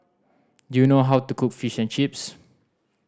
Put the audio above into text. do you know how to cook Fish and Chips